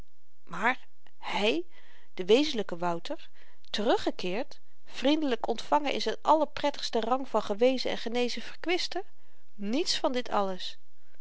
maar hy de wezenlyke wouter teruggekeerd vriendelyk ontvangen in z'n allerprettigsten rang van gewezen en genezen verkwister niets van dit alles